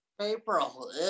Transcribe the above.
april